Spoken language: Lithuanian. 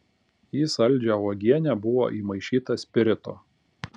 į saldžią uogienę buvo įmaišyta spirito